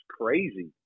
crazy